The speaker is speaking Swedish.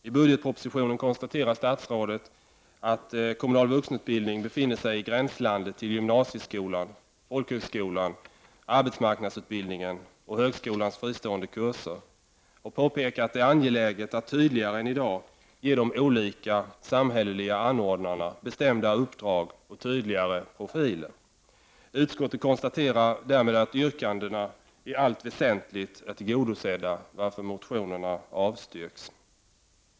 I budgetpropositionen konstaterar statsrådet att den kommunala vuxenutbildningen befinner sig i gränslandet till gymnasieskolan, folkhögskolan, arbetsmarknadsutbildningen och högskolans fristående kurser och påpekar att det är angeläget att tydligare än i dag ge de olika samhälleliga anordnarna bestämda uppdrag och tydligare profiler. Utskottet konstaterar därmed att yrkandena i allt väsentligt är tillgodosedda, varför motionerna avstyrks.